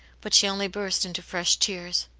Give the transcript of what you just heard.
but she only burst into fresh tears.